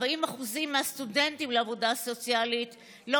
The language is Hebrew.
40% מהסטודנטים לעבודה סוציאלית לא